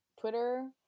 Twitter